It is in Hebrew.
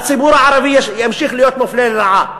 הציבור הערבי ימשיך להיות מופלה לרעה.